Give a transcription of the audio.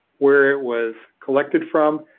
where it was collected from,